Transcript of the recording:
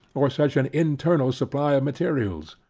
or such an internal supply of materials.